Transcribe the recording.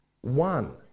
one